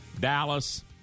Dallas